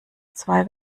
zwei